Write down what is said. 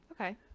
Okay